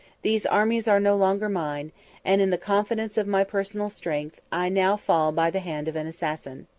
these armies are no longer mine and, in the confidence of my personal strength, i now fall by the hand of an assassin.